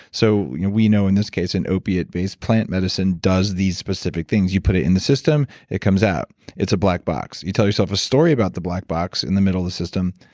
so you know we know in this case an opiate based plant, medicine does these specific things. you put it in the system, it comes out. it's a black box. you tell yourself a story about the black box in the middle of the system,